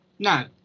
No